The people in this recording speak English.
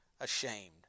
ashamed